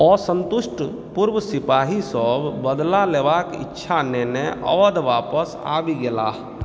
असन्तुष्ट पूर्व सिपाहीसभ बदला लेबाक इच्छा लेने अवध वापस आबि गेलाह